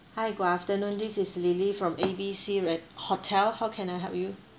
hi good afternoon this is lily from A B C res~ hotel how can I help you